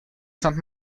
snad